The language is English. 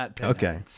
Okay